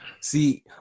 See